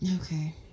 Okay